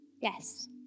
Yes